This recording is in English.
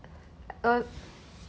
uh